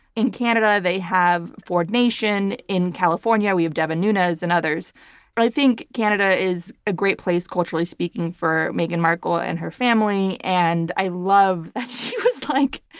in canada, they have ford nation. in california, we devin nunes and others. but i think canada is a great place, culturally speaking, for meghan markle and her family and i love that she was like,